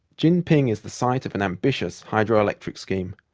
jinping is the site of an ambitious hydroelectric scheme.